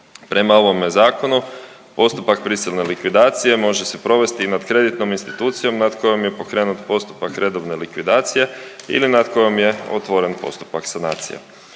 Prema ovome Zakonu, postupak prisilne likvidacije može se provesti i nad kreditnom institucijom nad kojom je pokrenut postupak redovne likvidacije ili nad kojom je otvoren postupak sanacije.